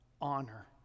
honor